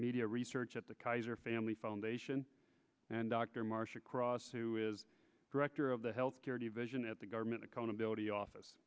media research at the kaiser family foundation and dr marcia cross who is director of the health care division at the government accountability office